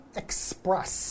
express